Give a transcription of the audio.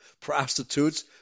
prostitutes